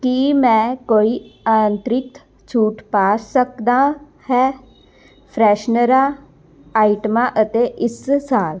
ਕੀ ਮੈਂ ਕੋਈ ਅਤਰਿਕਤ ਛੂਟ ਪਾ ਸਕਦਾ ਹੈ ਫਰੈਸ਼ਨਰ ਆਈਟਮਾਂ ਅਤੇ ਇਸ ਸਾਲ